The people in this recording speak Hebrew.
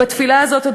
בתפילה הזאת,